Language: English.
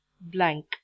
blank